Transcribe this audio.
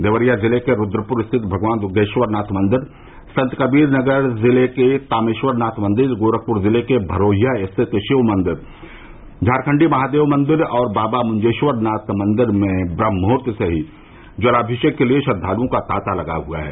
देवरिया जिले के रूद्रपुर स्थित भगवान दुष्पेश्वरनाथ मंदिर संत कबीर नगर जिले के तामेश्वरनाथ मंदिर गोरखपुर जिले के भरोहिया स्थित शिवमंदिर झारखण्डी महादेव मंदिर और बाबा मुंजेश्वरनाथ मंदिर में ब्रम्हमुहूर्त से ही जलाभिषेक के लिए श्रद्वांलुओं का तांता लगा हुआ है